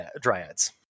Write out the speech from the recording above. dryads